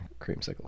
creamsicle